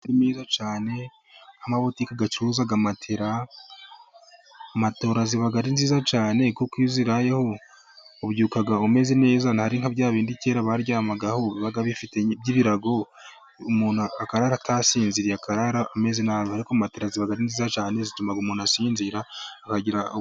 Amabutike acuruza matora. Matora ziba ari nziza cyane kuko iyo uzirayeho ubyuka umeze neza. Ntabwo ari nka bya bindi kera baryamagaho by'ibirago umuntu akarara adasinziriye akarara ameze nabi. Ariko matora ziba ari nziza cyane zituma umuntu asinzira akagira...